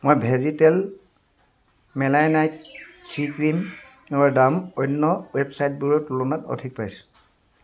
মই Vegetal Melanite C ক্ৰীমৰ দাম অন্য ৱেবচাইটবোৰৰ তুলনাত অধিক পাইছোঁ